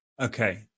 Okay